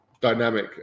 dynamic